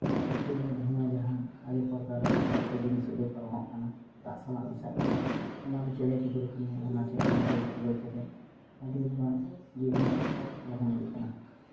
factory ᱨᱮᱭᱟᱜ ᱫᱷᱩᱦᱟᱹ ᱡᱟᱦᱟᱸ ᱵᱤᱥᱟᱠᱛᱚ ᱡᱤᱱᱤᱥ ᱩᱰᱩᱠ ᱯᱟᱨᱚᱢᱚᱜ ᱠᱟᱱᱟ ᱫᱟᱜ ᱥᱟᱞᱟᱜ ᱢᱮᱥᱟᱜ ᱠᱟᱱᱟ ᱚᱱᱟ ᱫᱚ ᱪᱮᱬᱮ ᱪᱤᱯᱲᱩ ᱠᱚ ᱧᱩ ᱜᱚᱡ ᱠᱟᱛᱮᱫ ᱟᱹᱰᱤᱜᱟᱱ ᱡᱤᱵᱽᱼᱡᱚᱱᱛᱩ ᱠᱚ ᱞᱚᱦᱚᱢ ᱤᱫᱤᱜ ᱠᱟᱱᱟ